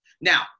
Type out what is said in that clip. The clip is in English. Now